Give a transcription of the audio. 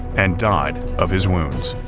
and died of his wounds.